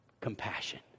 compassion